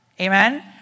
Amen